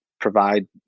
provide